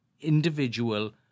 individual